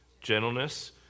gentleness